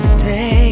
say